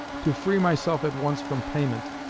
to free myself at once from payt.